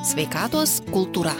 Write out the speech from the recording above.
sveikatos kultūra